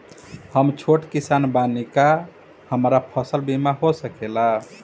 हम छोट किसान बानी का हमरा फसल बीमा हो सकेला?